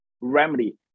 remedy